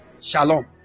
Shalom